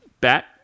Bat